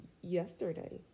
yesterday